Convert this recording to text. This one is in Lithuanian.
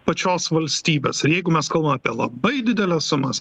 pačios valstybės ir jeigu mes kalbam apie labai dideles sumas